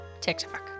TikTok